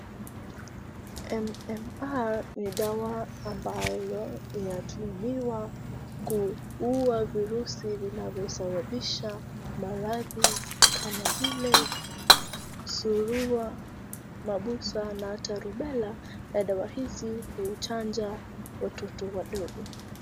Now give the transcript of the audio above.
MMR ni dawa ambayo inatumiwa kuua virusi vinavyosababisha maradhi kama vile surua, mabusha na hata rubella. Na dawa hizi huchanja watoto wadogo.